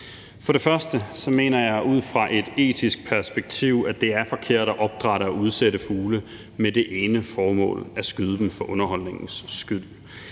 fra et etisk perspektiv, at det er forkert at opdrætte og udsætte fugle med det ene formål at skyde dem for underholdningens skyld.